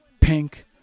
pink